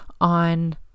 on